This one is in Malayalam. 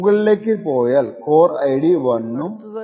മുകളിലേക്ക് പോയാൽ കോർ ID 1 ഉം 0 ഉം കാണാം